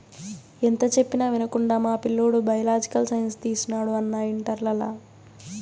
ఎంత చెప్పినా వినకుండా మా పిల్లోడు బయలాజికల్ సైన్స్ తీసినాడు అన్నా ఇంటర్లల